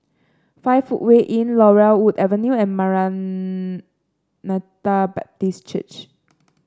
Five Footway Inn Laurel Wood Avenue and Maranatha Baptist Church